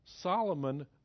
Solomon